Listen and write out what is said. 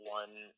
one